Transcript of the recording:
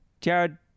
Jared